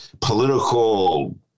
political